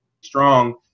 strong